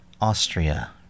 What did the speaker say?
Austria